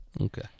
okay